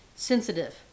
Sensitive